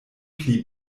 pli